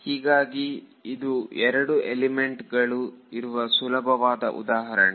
ಹೀಗಾಗಿ ಇದು ಎರಡು ಎಲಿಮೆಂಟ್ ಗಳು ಇರುವ ಸುಲಭವಾದ ಉದಾಹರಣೆ